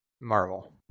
Marvel